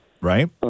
right